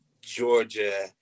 Georgia